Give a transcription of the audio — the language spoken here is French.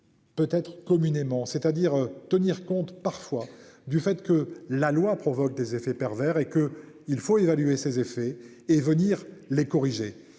Peut être communément, c'est-à-dire tenir compte parfois du fait que la loi provoque des effets pervers et que il faut évaluer ses effets et venir les corriger,